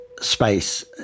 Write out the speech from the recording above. space